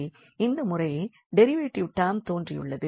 இந்த முறை derivative term தோன்றியுள்ளது